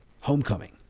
Homecoming